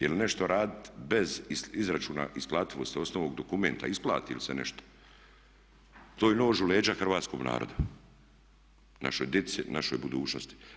Ili nešto raditi bez izračuna isplativosti osnovnog dokumenta, isplati li se nešto, to je nož u leđa hrvatskom narodu, našoj djeci našoj budućnosti.